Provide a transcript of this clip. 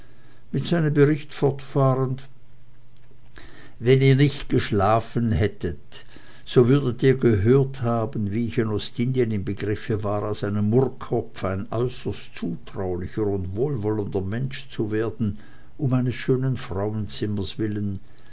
mit seinem bericht fortfahrend wenn ihr nicht geschlafen hättet so würdet ihr gehört haben wie ich in ostindien im begriffe war aus einem murrkopf ein äußerst zutulicher und wohlwollender mensch zu werden um eines schönen frauenzimmers willen